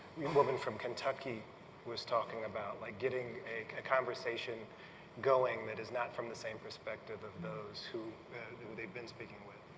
woman from kentucky was talking about, like getting a conversation going that is not from the same perspective of those who've been speaking with.